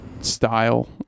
style